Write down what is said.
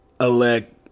elect